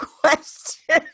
question